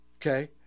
Okay